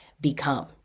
become